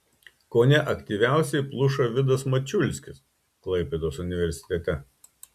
kone aktyviausiai pluša vidas mačiulskis klaipėdos universitete